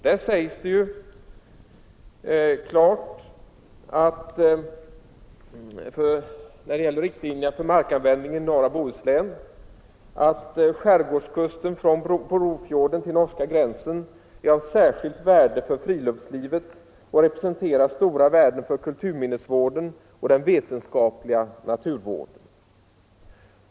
Det sägs klart, när det gäller riktlinjerna för markanvändningen i norra Bohuslän, att skärgårds — Oljeutvinningsplattkusten från Brofjorden till norska gränsen är av särskilt värde för fri — formar luftslivet och representerar stora värden för kulturminnesvården och den vetenskapliga naturvården.